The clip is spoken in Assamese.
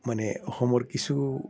মানে অসমৰ কিছু